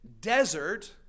desert